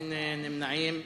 נתקבלה.